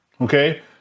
okay